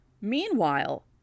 Meanwhile